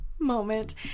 moment